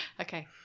Okay